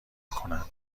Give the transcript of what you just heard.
کنن